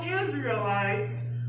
Israelites